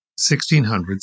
1600s